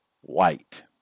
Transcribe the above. white